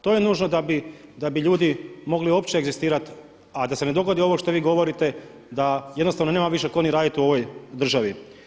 To je nužno da bi ljudi mogli uopće egzistirati, a da se ne dogodi ovo što vi govorite da više jednostavno nema tko niti raditi u ovoj državi.